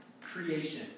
creation